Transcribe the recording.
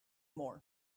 more